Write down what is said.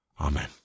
Amen